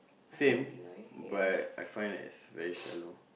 same but I find that is very shallow